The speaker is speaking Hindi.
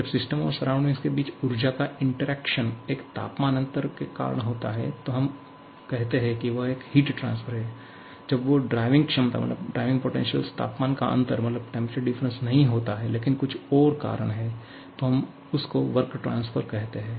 जब सिस्टम और सराउंडिंग के बीच ऊर्जा का इंटरेक्शन एक तापमान अंतर के कारण होता है तो हम कहते हैं कि वह एक हिट ट्रांसफर और जब वो ड्राइविंग क्षमता तापमान का अंतर नहीं होता है लेकिन कुछ और कारन है तो हम उस को वर्क ट्रांसफर कहते हैं